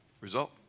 result